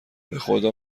بخدا